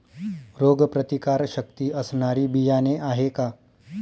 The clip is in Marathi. रोगप्रतिकारशक्ती असणारी बियाणे आहे का?